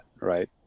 right